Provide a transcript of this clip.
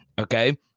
okay